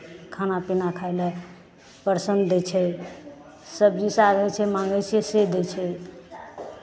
खाना पीना खाय लए परसन दै छै सब्जी साग होइ छै माङ्गै छियै से दै छै